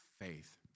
faith